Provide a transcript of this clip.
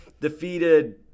defeated